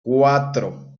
cuatro